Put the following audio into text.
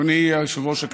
אדוני היושב-ראש,